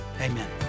amen